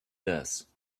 this